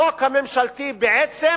החוק הממשלתי בעצם